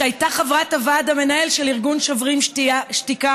שהייתה חברת הוועד המנהל של ארגון שוברים שתיקה.